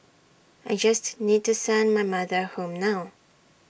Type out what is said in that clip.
I just need to send my mother home now